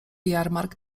jarmark